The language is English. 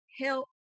help